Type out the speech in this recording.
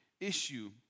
issue